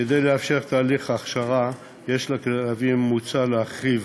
כדי לאפשר תהליך הכשרה יעיל לכלבים, מוצע להרחיב